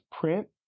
print